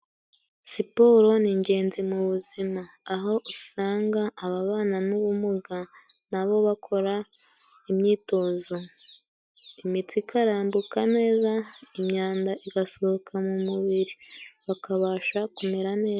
Siporo ni ingenzi mu buzima aho usanga ababana n'ubumuga nabo bakora imyitozo, imitsi ikarambuka neza, imyanda igasohoka mu mubiri, bakabasha kumera neza.